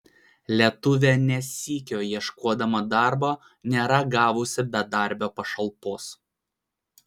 lietuvė ne sykio ieškodama darbo nėra gavusi bedarbio pašalpos